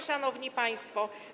Szanowni Państwo!